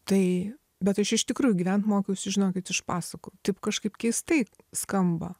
tai bet aš iš tikrųjų gyvent mokiausi žinokit iš pasakų taip kažkaip keistai skamba